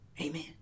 Amen